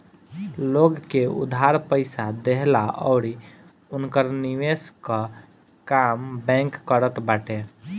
लोग के उधार पईसा देहला अउरी उनकर निवेश कअ काम बैंक करत बाटे